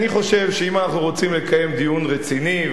אני חושב שאם אנחנו רוצים לקיים דיון רציני,